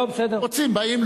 רוצים באים,